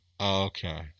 Okay